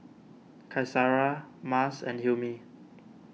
Qaisara Mas and Hilmi